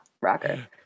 rocker